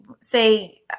say